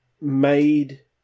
made